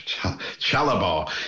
Chalabar